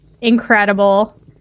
incredible